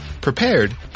prepared